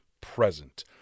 present